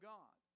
God